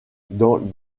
dans